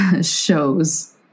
shows